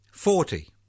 Forty